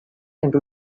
into